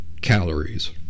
calories